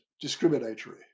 discriminatory